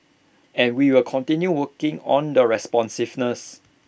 and we will continue working on the responsiveness